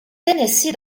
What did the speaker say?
tennessee